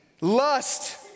lust